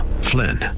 Flynn